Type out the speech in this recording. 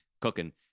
cooking